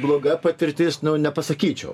bloga patirtis nepasakyčiau